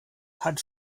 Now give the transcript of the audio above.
hat